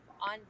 on